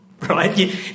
Right